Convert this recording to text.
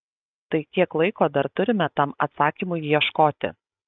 tai kiek laiko dar turime tam atsakymui ieškoti